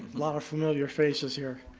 lot of familiar faces here.